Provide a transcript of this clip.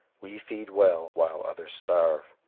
we feed well while others starve.